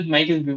Michael